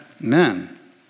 Amen